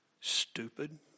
Stupid